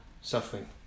suffering